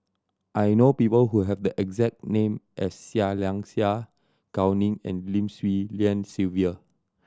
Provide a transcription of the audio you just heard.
I know people who have the exact name as Seah Liang Seah Gao Ning and Lim Swee Lian Sylvia